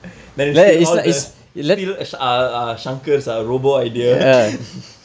then steal all the steal ah ah shanker ah robo idea